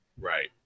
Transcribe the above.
Right